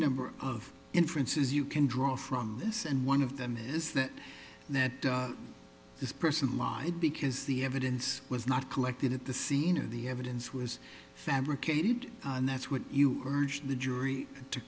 number of inferences you can draw from this and one of them is that that this person lawit because the evidence was not collected at the scene or the evidence was fabricated and that's what you are urged the jury to